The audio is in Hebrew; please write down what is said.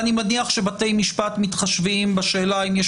אני מניח שבתי משפט מתחשבים בשאלה אם יש